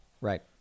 Right